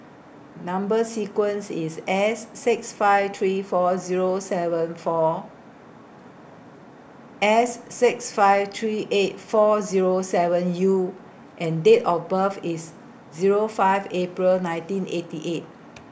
Number sequence IS S six five three four Zero seven four S six five three eight four Zero seven U and Date of birth IS Zero five April nineteen eighty eight